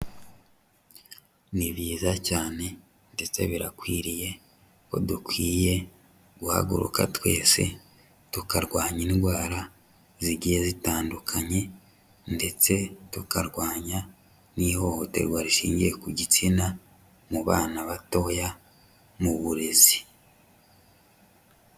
Ni byiza cyane ndetse birakwiriye ko dukwiye guhaguruka twese tukarwanya indwara zigiye zitandukanye ndetse tukarwanya n'ihohoterwa rishingiye ku gitsina mu bana batoya, mu burezi.